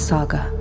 Saga